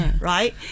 right